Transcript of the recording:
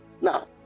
now